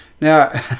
Now